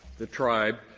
the tribe,